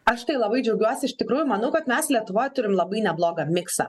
aš tai labai džiaugiuosi iš tikrųjų manau kad mes lietuvoj turim labai neblogą miksą